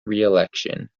reelection